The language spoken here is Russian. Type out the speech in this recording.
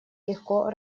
легко